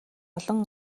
олон